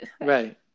right